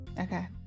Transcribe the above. okay